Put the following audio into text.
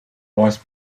vice